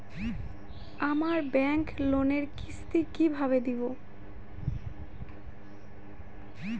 আমার ব্যাংক লোনের কিস্তি কি কিভাবে দেবো?